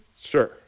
Sure